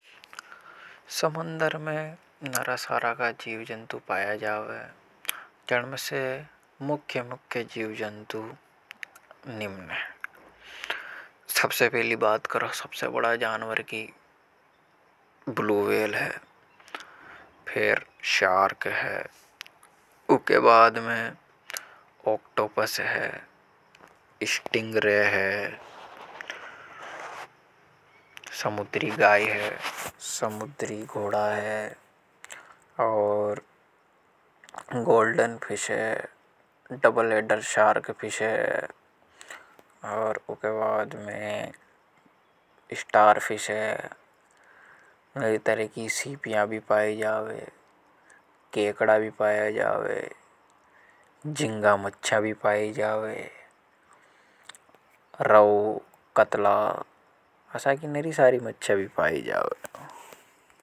समंदर में नरसारा का जीवजन्तु पाया जावे जण्म से मुख्य मुख्य जीवजन्तु निम्न है। सबसे पहली बात करो, सबसे बड़ा जानवर की ब्लू वेल है। फिर शार्क है। उके बाद में ओक्टोपस है। इस्टिंग रे है। समुद्री गाई है। समुद्री घोड़ा है। और गोल्डन फिश है। डबल एडर शार्क फिश है। और उके बाद में स्टार फिश है। नरी तरह की सीपिया भी पाए जावे। केकडा भी पाए जावे। जिंगा मच्चा भी पाए जावे। रव, कतला असा कि नरी सारी मच्चा भी पाए जावे।